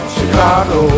Chicago